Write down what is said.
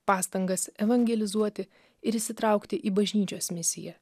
pastangas evangelizuoti ir įsitraukti į bažnyčios misiją